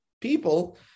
people